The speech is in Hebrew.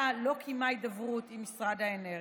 לא קיימה הידברות עם משרד האנרגיה.